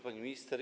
Pani Minister!